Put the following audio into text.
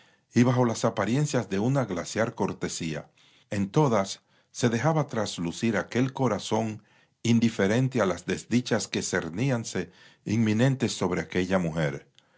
y bajo las apariencias de una glacial cortesía en todas se dejaba traslucir aquel corazón indiferente a las desdichas que cerníanse inminentes sobre aquella mujer